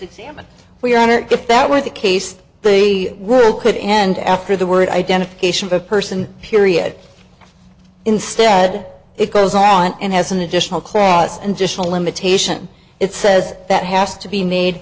examined for your honor if that were the case the world could end after the word identification of a person period instead it goes around and has an additional class and just a limitation it says that has to be made